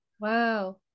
Wow